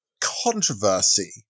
controversy